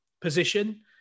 position